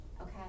Okay